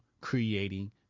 creating